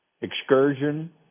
Excursion